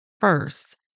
first